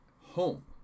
home